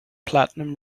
platinum